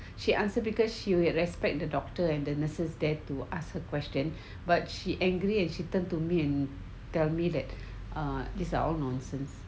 she answer because she'll respect the doctor and the nurses there to ask her questions but she angry and she turned to me and tell me that uh these are all nonsense